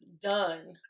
done